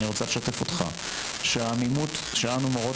"אני רוצה לשתף אותך שהעמימות שאנו מורות